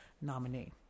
nominee